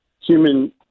human